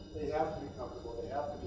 they have to be comfortable. they have